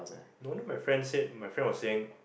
no wonder my friend said my friend was saying